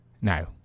Now